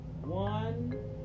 one